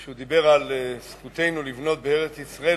כשהוא דיבר על זכותנו לבנות בארץ-ישראל,